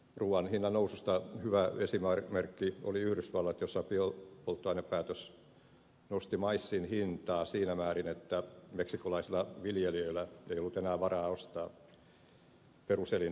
ruoan hinnannoususta hyvä esimerkki on yhdysvalloista jossa biopolttoainepäätös nosti maissin hintaa siinä määrin että meksikolaisilla viljelijöillä ei ollut enää varaa ostaa peruselintarvikettaan